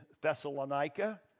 Thessalonica